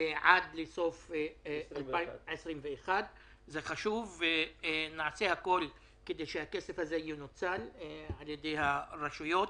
עד לסוף 2021. זה חשוב ונעשה הכול כדי שהכסף הזה ינוצל על ידי הרשויות.